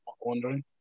wondering